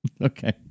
Okay